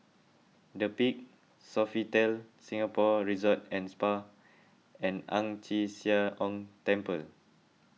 the Peak Sofitel Singapore Resort and Spa and Ang Chee Sia Ong Temple